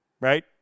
right